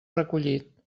recollit